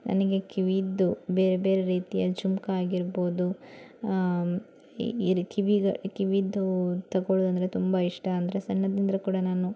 ನನಗೆ ಕಿವಿಯದ್ದು ಬೇರೆಬೇರೆ ರೀತಿಯ ಜುಮ್ಕಾ ಆಗಿರ್ಬೋದು ಈ ರೀತಿ ಕಿವಿಯದು ತಗೊಳ್ಳೋದಂದರೆ ತುಂಬಾ ಇಷ್ಟ ಅಂದರೆ ಸಣ್ಣದ್ರಿಂದ ಕೂಡ ನಾನು